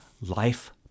life